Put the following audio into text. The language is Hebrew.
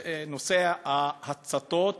נושא ההצתות